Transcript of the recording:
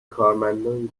کارمندان